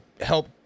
help